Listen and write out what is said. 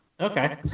Okay